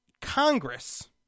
Congress